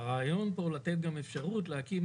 הרעיון פה הוא גם לתת אפשרות להקים